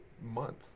month